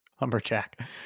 Lumberjack